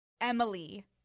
Emily